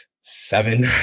seven